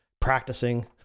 practicing